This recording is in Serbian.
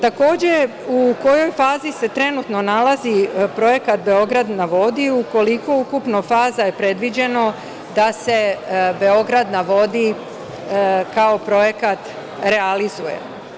Takođe, u kojoj fazi se trenutno nalazi projekt „Beograd na vodi“ i koliko je ukupno faza predviđeno da se „Beograd na vodi“ kao projekat realizuje?